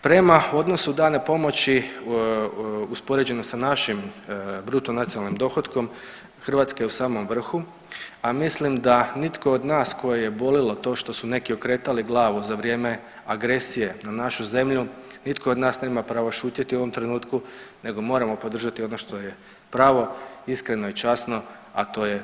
Prema odnosu dane pomoći uspoređeno sa našim bruto nacionalnim dohotkom Hrvatska je u samom vrhu, a mislim da nitko od nas koje je bolilo to što su neki okretali glavu za vrijeme agresije na našu zemlju, nitko od nas nema pravo šutjeti u ovom trenutku nego moramo podržati ono što je pravo, iskreno i časno, a to je pomoć Ukrajini.